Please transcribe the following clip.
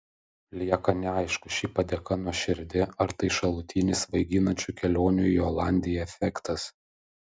lieka neaišku ši padėka nuoširdi ar tai šalutinis svaiginančių kelionių į olandiją efektas